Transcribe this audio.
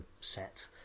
set